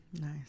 Nice